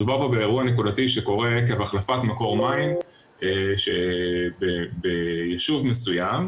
מדובר פה באירוע נקודתי שקורה עקב החלפת מקור מים ביישוב מסוים.